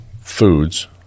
foods